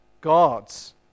God's